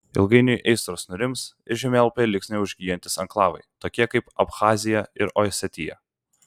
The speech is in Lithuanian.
ilgainiui aistros nurims ir žemėlapyje liks neužgyjantys anklavai tokie kaip abchazija ir osetija